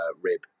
rib